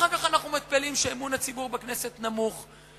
אחר כך אנחנו מתפלאים שאמון הציבור בכנסת נמוך,